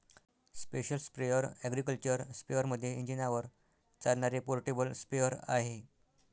special sprayer agriculture स्पेअरमध्ये इंजिनावर चालणारे पोर्टेबल स्प्रेअर आहे